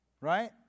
Right